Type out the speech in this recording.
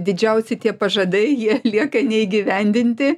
didžiausi tie pažadai jie lieka neįgyvendinti